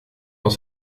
dans